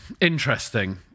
interesting